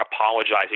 apologizing